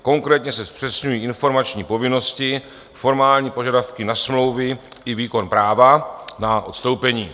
Konkrétně se zpřesňují informační povinnosti, formální požadavky na smlouvy i výkon práva na odstoupení.